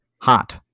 hot